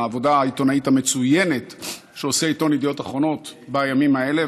על העבודה העיתונאית המצוינת שעושה עיתון ידיעות אחרונות בימים האלה,